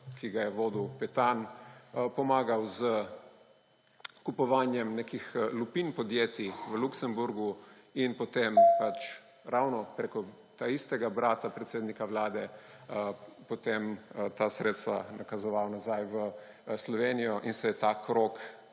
ki ga je vodil Petan, pomagal s kupovanjem nekih lupin podjetjih v Luksemburgu in potem ravno preko istega brata predsednika Vlade, ta sredstva nakazoval nazaj v Slovenijo in se je ta krog